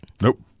Nope